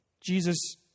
Jesus